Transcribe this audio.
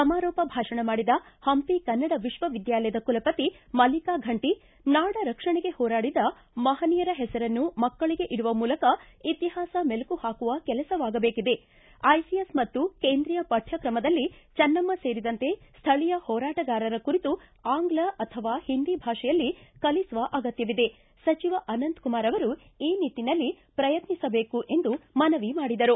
ಸಮಾರೋಪ ಭಾಷಣ ಮಾಡಿದ ಹಂಪಿ ಕನ್ನಡ ವಿಶ್ವವಿದ್ಯಾಲಯದ ಕುಲಪತಿ ಮಲ್ಲಿಕಾ ಫಂಟ ನಾಡರಕ್ಷಣೆಗೆ ಹೋರಾಡಿದ ಮಹನೀಯರ ಹೆಸರನ್ನು ಮಕ್ಕಳಿಗೆ ಇಡುವ ಮೂಲಕ ಇತಿಹಾಸ ಮೆಲಕು ಹಾಕುವ ಕೆಲಸವಾಗಬೇಕಿದೆ ಐಸಿಎಸ್ ಮತ್ತು ಕೇಂದ್ರೀಯ ಪಠ್ಶಕ್ರಮದಲ್ಲಿ ಚನ್ನಮ್ಮ ಸೇರಿದಂತೆ ಸ್ಥಳೀಯ ಹೋರಾಟಗಾರರ ಕುರಿತು ಆಂಗ್ನ ಅಥವಾ ಹಿಂದಿ ಭಾಷೆಯಲ್ಲಿ ಕಲಿಸುವ ಅಗತ್ತವಿದೆ ಸಚಿವ ಅನಂತಕುಮಾರ್ ಆವರು ಈ ನಿಟ್ಟನಲ್ಲಿ ಪ್ರಯತ್ನಿಸಬೇಕು ಎಂದು ಮನವಿ ಮಾಡಿದರು